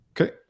Okay